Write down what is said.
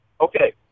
Okay